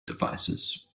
devices